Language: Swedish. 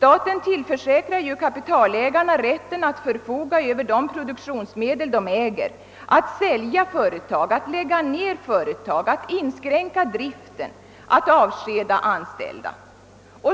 Den tillförsäkrar kapitalägarna rätten att förfoga över de produktionsmedel de äger, att sälja företag, att lägga ner företag, att inskränka driften och att avskeda anställda.